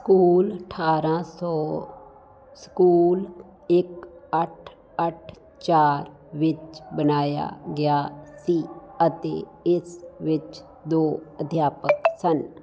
school ਅਠਾਰ੍ਹਾਂ ਸੌ school ਇੱਕ ਅੱਠ ਅੱਠ ਚਾਰ ਵਿੱਚ ਬਣਾਇਆ ਗਿਆ ਸੀ ਅਤੇ ਇਸ ਵਿੱਚ ਦੋ ਅਧਿਆਪਕ ਸਨ